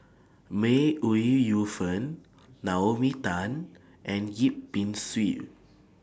May Ooi Yu Fen Naomi Tan and Yip Pin Xiu